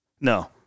No